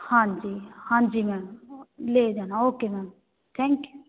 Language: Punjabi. ਹਾਂਜੀ ਹਾਂਜੀ ਮੈਮ ਲੈ ਜਾਣਾ ਓਕੇ ਮੈਮ ਥੈਂਕ ਯੂ